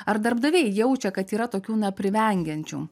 ar darbdaviai jaučia kad yra tokių na privengiančių